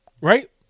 Right